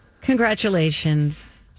Congratulations